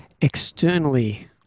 externally